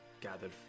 gathered